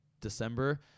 December